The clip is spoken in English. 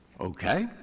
Okay